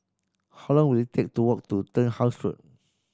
how long will it take to walk to Turnhouse Road